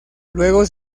luego